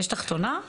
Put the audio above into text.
יש תחתונה?